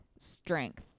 strength